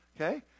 Okay